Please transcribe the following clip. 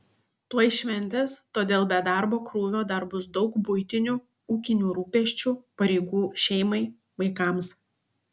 tuoj šventės todėl be darbo krūvio dar bus daug buitinių ūkinių rūpesčių pareigų šeimai vaikams